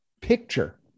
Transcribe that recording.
picture